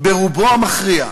ברובו המכריע,